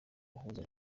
uhuze